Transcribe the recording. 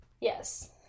Yes